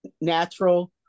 natural